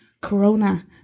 Corona